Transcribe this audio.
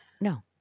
No